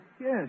Yes